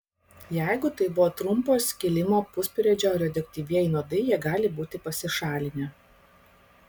jeigu tai buvo trumpo skilimo pusperiodžio radioaktyvieji nuodai jie gali būti pasišalinę